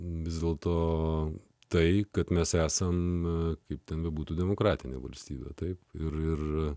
vis dėlto tai kad mes esame kaip ten bebūtų demokratinė valstybė taip ir